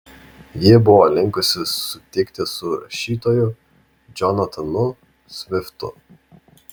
ji buvo linkusi sutikti su rašytoju džonatanu sviftu